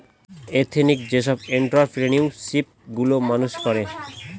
ethnic যেসব entrepreneurship গুলো মানুষ করে